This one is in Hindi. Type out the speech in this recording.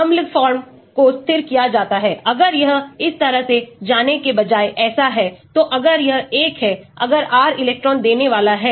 anion फॉर्म को स्थिर किया जाता है अगर R इलेक्ट्रॉन वापस ले रहा है इसलिए संतुलन दाईं ओर स्थित है इसका मतलब है anion फॉर्म जो कि दाईं ओर है अगर सॉरी R इलेक्ट्रॉन वापस ले रहा है